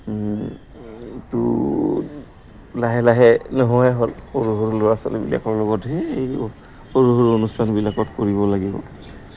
টো লাহে লাহে নোহোৱাই হ'ল সৰু সৰু ল'ৰা ছোৱালীবিলাকৰ সৰু সৰু অনুষ্ঠানবিলাকত কৰিব লাগিব